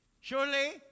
surely